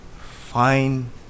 Fine